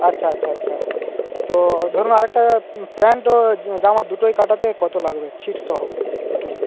আচ্ছা আচ্ছা আচ্ছা তো ধরুন আর একটা প্যান্ট ও জামা দুটোই কাটাতে কতো লাগবে ছিটসহ দুটোরই